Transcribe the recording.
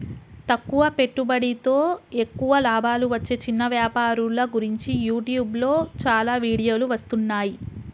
తక్కువ పెట్టుబడితో ఎక్కువ లాభాలు వచ్చే చిన్న వ్యాపారుల గురించి యూట్యూబ్లో చాలా వీడియోలు వస్తున్నాయి